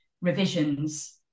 revisions